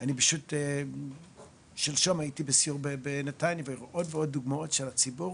אני פשוט שלשום הייתי בסיור בנתניה ועוד ועוד דוגמאות של הציבור